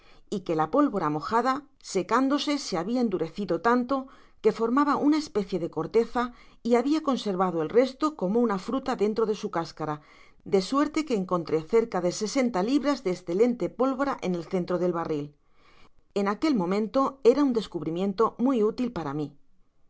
y que la pólvora mojada secándose so habia endurecido tanto que formaba una especie de corteza y habia conservado el resto como una fruta dentro de su cáscara de suerte que encontró cerca de sesenta libras de escelente pólvora en el centro del barril en aquel momento era un descubrimiento muy útil para mí